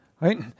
right